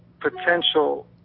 potential